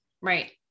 Right